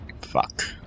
Fuck